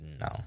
No